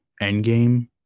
Endgame